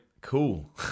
cool